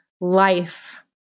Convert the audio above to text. life